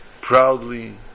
proudly